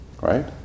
right